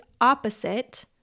opposite